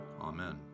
Amen